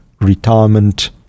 retirement